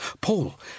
Paul